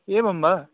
एवं वा